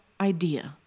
idea